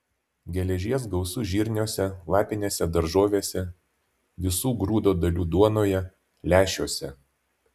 geležies gausu žirniuose lapinėse daržovėse visų grūdo dalių duonoje lęšiuose